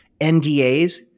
NDAs